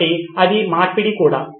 కాబట్టి ఇది మార్పిడి కూడా